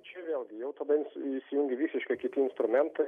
čia vėlgi jau tada įsijungia visiškai kiti instrumentai